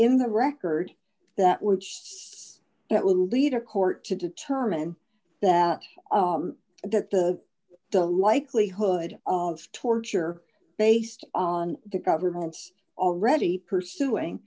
in the record that which says it will lead a court to determine that that the the likelihood of torture based on the government's already pursuing